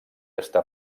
està